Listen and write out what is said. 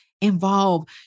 involve